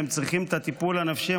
והם צריכים את הטיפול הנפשי,